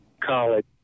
college